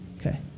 okay